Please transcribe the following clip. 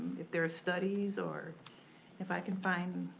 if there are studies, or if i can find,